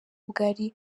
bwari